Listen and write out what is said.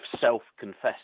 self-confessed